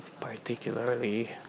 particularly